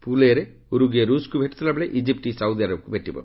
ଫୁଲ୍ ଏ'ରେ ଉରୁଗୁଏ ରୁଷ୍କୁ ଭେଟୁଥିଲାବେଳେ ଇଜିପ୍ଟ ସାଉଦୀ ଆରବକୁ ଭେଟିବ